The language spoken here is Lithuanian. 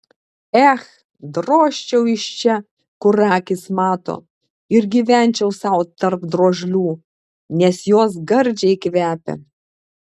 ech drožčiau iš čia kur akys mato ir gyvenčiau sau tarp drožlių nes jos gardžiai kvepia